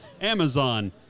Amazon